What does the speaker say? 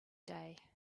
day